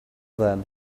then